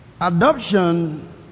adoption